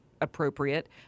appropriate